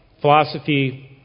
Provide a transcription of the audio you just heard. philosophy